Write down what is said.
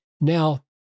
Now